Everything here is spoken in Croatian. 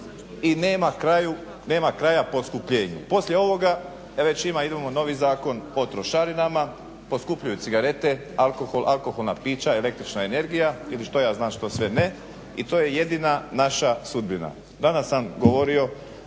i nema kraja poskupljenju. Poslije ovoga već ima, idemo na novi Zakon o trošarinama, poskupljuju cigarete, alkohol, alkoholna pića, električna energija ili što ja znam što sve ne i to je jedina naša sudbina. Danas sam govorio